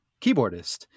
keyboardist